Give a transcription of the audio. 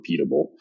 repeatable